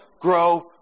grow